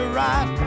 right